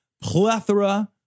plethora